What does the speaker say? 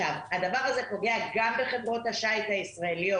הדבר הזה פוגע גם בחברות השיט הישראליות,